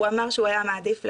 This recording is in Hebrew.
הוא אמר שהוא היה מעדיף למות.